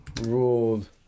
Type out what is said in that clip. ruled-